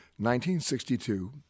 1962